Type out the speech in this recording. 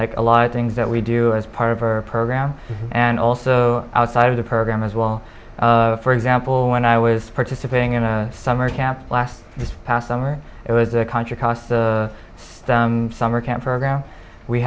in a lot of things that we do as part of our program and also outside of the program as well for example when i was participating in a summer camp last this past summer it was a contra costa so summer camp program we